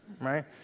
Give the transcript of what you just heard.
right